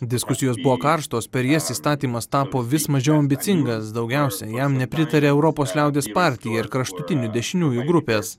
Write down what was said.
diskusijos buvo karštos per jas įstatymas tapo vis mažiau ambicingas daugiausia jam nepritarė europos liaudies partija ir kraštutinių dešiniųjų grupės